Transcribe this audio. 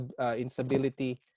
instability